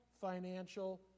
financial